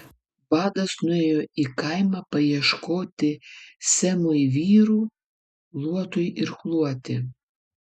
vadas nuėjo į kaimą paieškoti semui vyrų luotui irkluoti